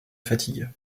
fatigue